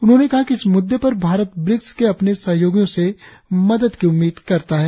उन्होंने कहा कि इस मुद्दे पर भारत ब्रिक्स के अपने सहयोगियों से मदद की उम्मीद करता है